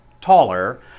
taller